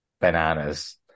bananas